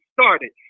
started